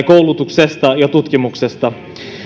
koulutuksesta ja tutkimuksesta